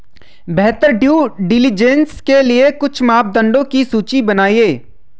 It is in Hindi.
बेहतर ड्यू डिलिजेंस के लिए कुछ मापदंडों की सूची बनाएं?